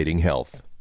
health